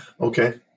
Okay